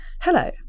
Hello